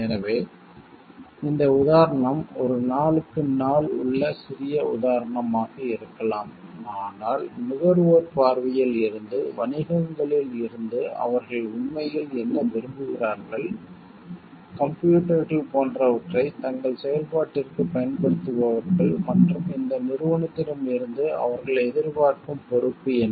எனவே இந்த உதாரணம் ஒரு நாளுக்கு நாள் உள்ள சிறிய உதாரணம் ஆக இருக்கலாம் ஆனால் நுகர்வோர் பார்வையில் இருந்து வணிகங்களில் இருந்து அவர்கள் உண்மையில் என்ன விரும்புகிறார்கள் கம்ப்யூட்டர்கள் போன்றவற்றை தங்கள் செயல்பாட்டிற்கு பயன்படுத்துபவர்கள் மற்றும் இந்த நிறுவனங்களிடம் இருந்து அவர்கள் எதிர்பார்க்கும் பொறுப்பு என்ன